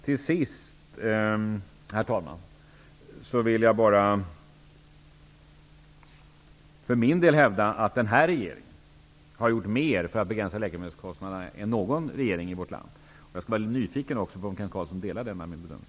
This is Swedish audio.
Till sist, herr talman, vill jag bara hävda att den här regeringen har gjort mer för att begränsa läkemedelskostnaderna än någon regering i vårt land har gjort. Jag är nyfiken på att få höra om Kent Carlsson delar denna min bedömning.